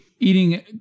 eating